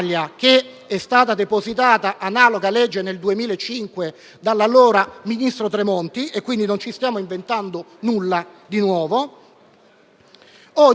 è stato depositato analogo disegno di legge nel 2005 dall'allora ministro Tremonti, quindi non ci stiamo inventando nulla di nuovo. Oggi